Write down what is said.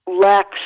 lacks